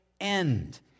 end